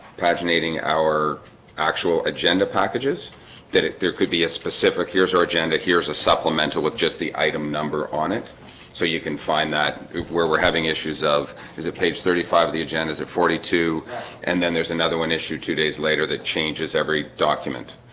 paginating our actual agenda packages that it there could be a specific. here's our agenda. here's a supplemental with just the item number on it so you can find that where we're having issues of is at page thirty five the agendas at forty two and then there's another one issued two days later that changes every document.